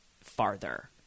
farther